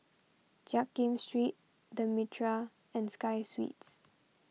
Jiak Kim Street the Mitraa and Sky Suites